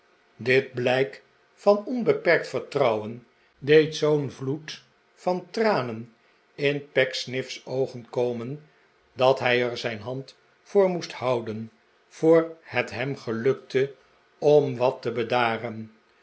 dit blijk van onbeperkt vertrouwen deed zoo'n vloed van tranen in pecksniff's oogen komen dat hij er zijn hand voor moest houden voor net hem gelukte om wat te bedaren